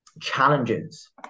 challenges